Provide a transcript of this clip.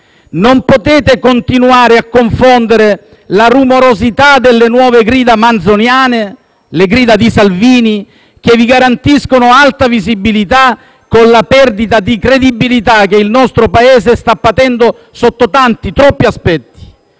Non potete continuare a confondere la rumorosità delle nuove grida manzoniane, le grida di Salvini che vi garantiscono alta visibilità, con la perdita di credibilità che il nostro Paese sta patendo sotto tanti, troppi aspetti,